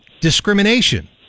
discrimination